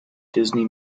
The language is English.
disney